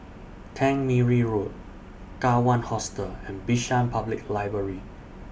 Tangmere Road Kawan Hostel and Bishan Public Library